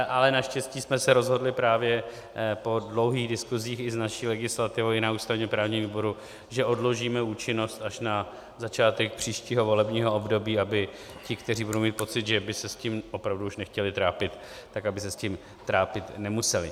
Ale naštěstí jsme se rozhodli právě po dlouhých diskusích i s naší legislativou i na ústavněprávním výboru, že odložíme účinnost až na začátek příštího volebního období, aby ti, kteří budou mít pocit, že by se s tím opravdu už nechtěli trápit, aby se s tím trápit nemuseli.